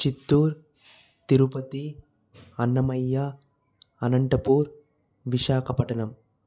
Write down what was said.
Chittoor Tirupati Annamayya Anantapur Visakhapatnam